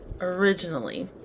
originally